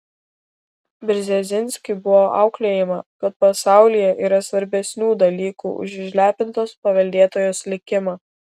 brzezinski buvo auklėjama kad pasaulyje yra svarbesnių dalykų už išlepintos paveldėtojos likimą